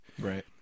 Right